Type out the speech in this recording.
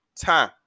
time